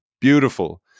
Beautiful